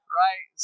right